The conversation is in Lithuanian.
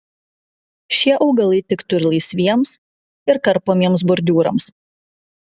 šie augalai tiktų ir laisviems ir karpomiems bordiūrams